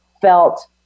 felt